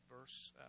verse